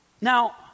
Now